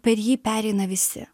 per jį pereina visi